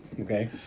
Okay